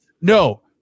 no